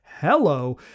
hello